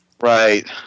right